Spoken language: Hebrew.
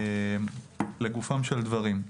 לגופם של דברים,